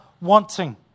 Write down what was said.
wanting